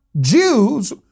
Jews